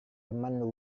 pemandu